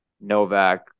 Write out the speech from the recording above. Novak